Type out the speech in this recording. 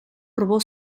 probó